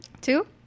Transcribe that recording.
two